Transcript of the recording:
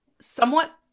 somewhat